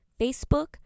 Facebook